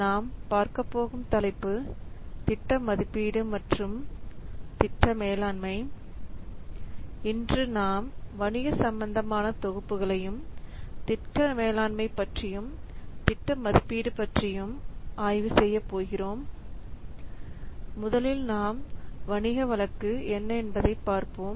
நாம் பார்க்கப் போகும் தலைப்பு திட்ட மதிப்பீடு மற்றும் திட்ட மேலாண்மை இன்று நாம் வணிக சம்பந்தமான தொகுப்புகளையும் திட்ட மேலாண்மை பற்றியும் திட்ட மதிப்பீடு பற்றியும் ஆய்வு செய்யப் போகிறோம் முதலில் நாம் வணிக வழக்கு என்ன என்பதை பார்ப்போம்